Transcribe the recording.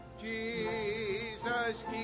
Jesus